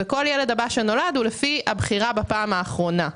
וכל ילד הבא שנולד הוא לפי הבחירה בפעם האחרונה.